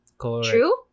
True